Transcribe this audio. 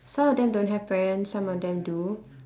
some of them don't have parents some of them do